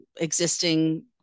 existing